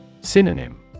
Synonym